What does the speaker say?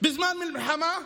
בזמן מלחמה?